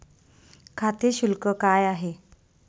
खाते शुल्क काय आहे?